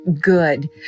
good